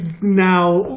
now